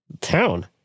town